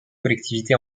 collectivités